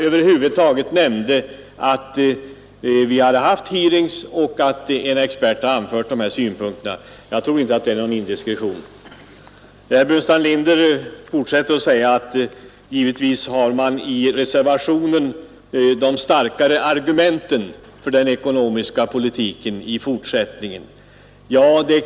Jag nämnde bara att vi hade haft hearings och att en expert hade anfört vissa synpunkter. Det är inte någon indiskretion. Herr Burenstam Linder fortsätter att säga att givetvis har reservanterna de starkare argumenten för den ekonomiska politiken i fortsättningen.